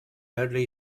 only